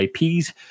IPs